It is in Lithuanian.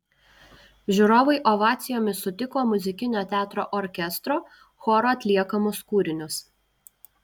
žiūrovai ovacijomis sutiko muzikinio teatro orkestro choro atliekamus kūrinius